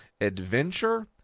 adventure